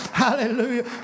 Hallelujah